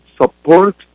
support